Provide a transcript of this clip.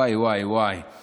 וואי, וואי, וואי.